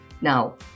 Now